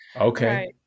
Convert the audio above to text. okay